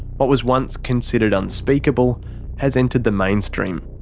what was once considered unspeakable has entered the mainstream.